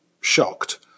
shocked